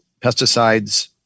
pesticides